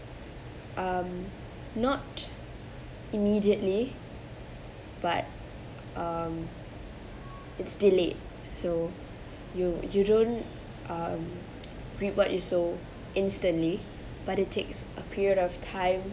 um not immediately but um it's delayed so you you don't um reap what you sow instantly but it takes a period of time